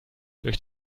durch